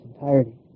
entirety